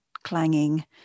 clanging